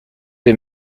des